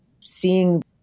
seeing